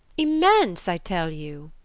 immense, i tell you,